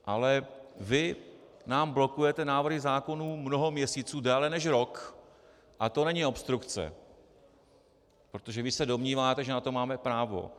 Ale vy nám blokujete návrhy zákonů mnoho měsíců, déle než rok, a to není obstrukce, protože vy se domníváte, že na to máte právo.